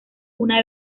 una